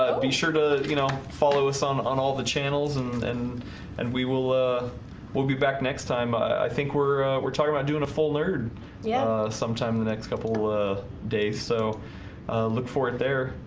ah be sure to you know follow us on on all the channels and and and we will ah we'll be back next time. i think we're we're talking about doing a full nerd yeah sometime the next couple of days, so look for it there,